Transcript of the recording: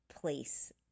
place